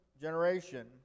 generation